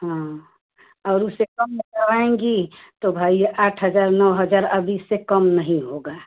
हाँ और उससे कम में करवाएंगी तो भाई आठ हज़ार नौ हज़ार अब इससे कम नहीं होगा